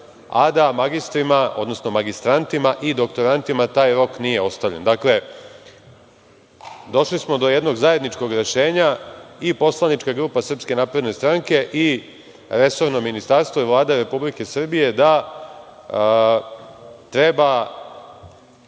a da magistrima, odnosno magistrantima i doktorantima taj rok nije ostavljen. Dakle, došli smo do jednog zajedničkog rešenja i poslanička grupa SNS i resorno Ministarstvo i Vlada Republike Srbije da treba